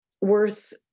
worth